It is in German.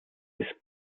ist